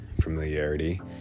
familiarity